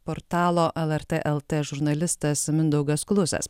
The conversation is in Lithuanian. portalo lrt lt žurnalistas mindaugas klusas